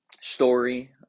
story